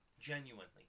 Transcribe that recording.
genuinely